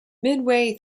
midway